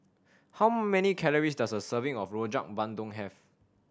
how many calories does a serving of Rojak Bandung have